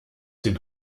den